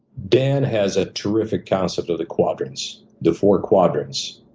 dan has a terrific concept of the quadrants, the four quadrants.